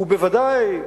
ובוודאי,